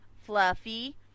fluffy